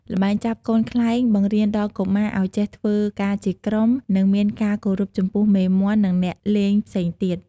ល្បែងចាប់កូនខ្លែងបង្រៀនដល់កុមារឲ្យចេះធ្វើការជាក្រុម និងមានការគោរពចំពោះមេមាន់ និងអ្នកលេងផ្សេងទៀត។